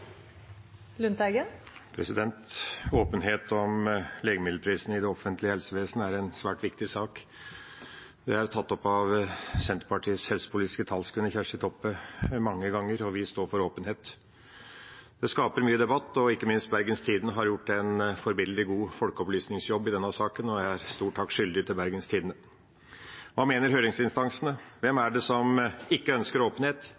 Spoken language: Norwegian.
en svært viktig sak. Det er tatt opp av Senterpartiets helsepolitiske talskvinne, Kjersti Toppe, mange ganger, og vi står for åpenhet. Det skaper mye debatt, og ikke minst Bergens Tidende har gjort en forbilledlig god folkeopplysningsjobb i denne saken, og jeg er Bergens Tidende stor takk skyldig. Hva mener høringsinstansene? Hvem er det som ikke ønsker åpenhet?